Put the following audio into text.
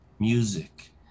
Music